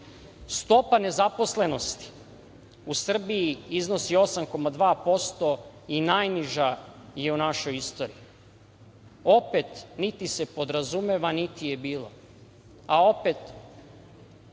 Stopa nezaposlenosti u Srbiji iznosi 8,2% i najniža je u našoj istoriji. Opet, niti se podrazumeva, niti je bila,